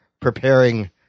preparing